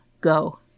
go